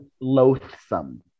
loathsome